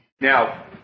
Now